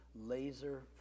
laser